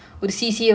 ya